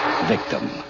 Victim